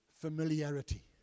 Familiarity